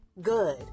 good